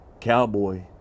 cowboy